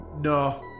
no